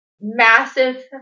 Massive